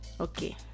okay